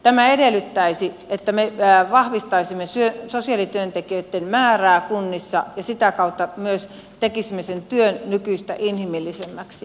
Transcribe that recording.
tämä edellyttäisi että me vahvistaisimme sosiaalityöntekijöitten määrää kunnissa ja sitä kautta myös tekisimme sen työn nykyistä inhimillisemmäksi